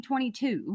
2022